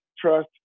trust